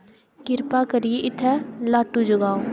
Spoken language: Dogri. किरपा करियै इत्थै लाटू जगाओ